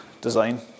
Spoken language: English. design